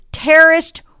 Terrorist